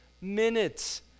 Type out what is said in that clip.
minutes